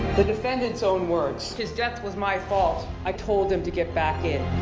the defendant's own words his death was my fault. i told him to get back in.